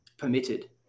Permitted